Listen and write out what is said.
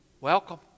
Welcome